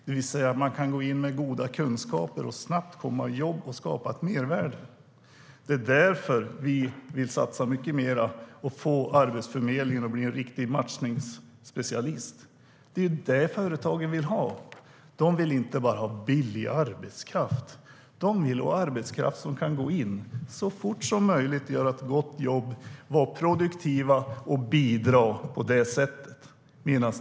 Man ska kunna gå in med goda kunskaper, komma i jobb snabbt och skapa ett mervärde. Det är därför vi vill satsa mycket mer och få Arbetsförmedlingen att bli en riktig matchningsspecialist. Det är det företagen vill ha. De vill inte bara ha billig arbetskraft. De vill ha arbetskraft som kan gå in så fort som möjligt och göra ett gott jobb, vara produktiva och bidra på det sättet.